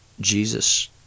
Jesus